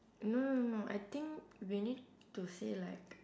no no no I think we need to say like